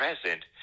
present